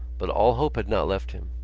but all hope had not left him.